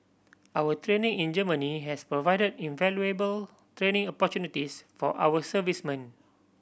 our training in Germany has provided invaluable training opportunities for our servicemen